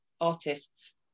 artists